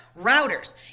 routers